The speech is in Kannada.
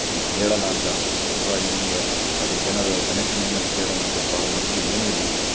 ಅವ್ರಿಗೆ ಹೇಳಣ ಅಂತ ಅಥವಾ ಹಿಂಗಿಂಗೆ ಅದ್ರದ್ದು ಏನಾದ್ರು ಕನೆಕ್ಷನ್ ಹೆಂಗೆ ಅಂತ ಕೇಳಣ ಅಂತ ಕಾಲ್ ಮಾಡಿದ್ರೆ ಏನೂ ಇಲ್ಲ